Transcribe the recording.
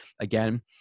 Again